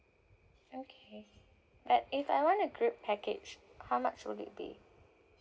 okay but if I want a group package how much would it be